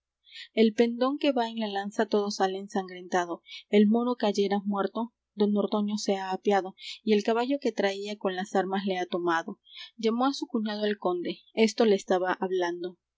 el pendón que va en la lanza todo sale ensangrentado el moro cayera muerto don ordoño se ha apeado y el caballo que traía con las armas le ha tomado llamó á su cuñado el conde esto le estaba hablando